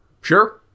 sure